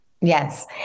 yes